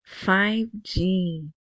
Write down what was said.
5G